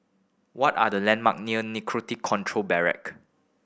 what are the landmarks near Narcotics Control Bureau